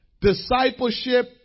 Discipleship